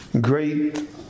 great